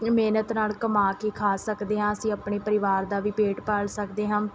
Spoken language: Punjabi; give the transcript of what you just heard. ਮਿਹਨਤ ਨਾਲ ਕਮਾ ਕੇ ਖਾ ਸਕਦੇ ਹਾਂ ਅਸੀਂ ਆਪਣੇ ਪਰਿਵਾਰ ਦਾ ਵੀ ਪੇਟ ਪਾਲ਼ ਸਕਦੇ ਹਾਂ